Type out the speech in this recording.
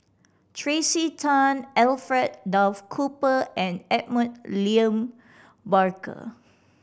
Tracey Tan Alfred Duff Cooper and Edmund William Barker